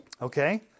Okay